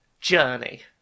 Journey